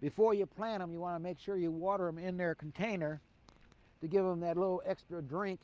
before you plant them um you want to make sure you water them in their container to give them that little extra drink